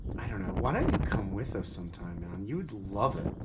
you know why don't you come with us some time? um you would love it!